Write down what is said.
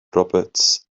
roberts